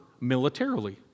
militarily